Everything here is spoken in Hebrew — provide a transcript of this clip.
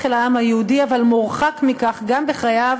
אל העם היהודי אבל מורחק מכך גם בחייו